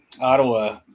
Ottawa